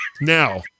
Now